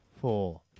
four